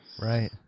Right